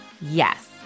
Yes